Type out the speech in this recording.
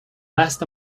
last